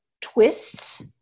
twists